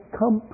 come